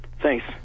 Thanks